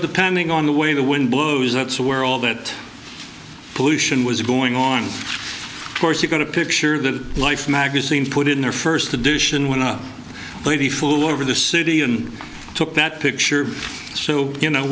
depending on the way the wind blows that's where all that pollution was going on of course you got a picture that life magazine put in their first edition when a lady flew over the city and took that picture so you know